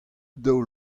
daol